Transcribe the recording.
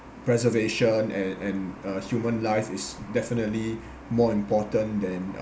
preservation and and uh human life is definitely more important than